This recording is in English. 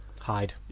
hide